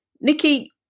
Nikki